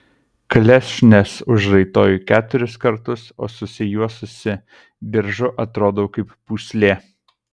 klešnes užraitoju keturis kartus o susijuosusi diržu atrodau kaip pūslė